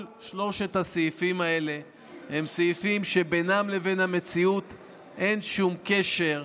כל שלושת הסעיפים האלה הם סעיפים שביניהם לבין המציאות אין שום קשר,